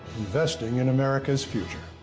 investing in america's future.